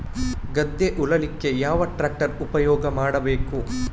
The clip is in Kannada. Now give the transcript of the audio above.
ಗದ್ದೆ ಉಳಲಿಕ್ಕೆ ಯಾವ ಟ್ರ್ಯಾಕ್ಟರ್ ಉಪಯೋಗ ಮಾಡಬೇಕು?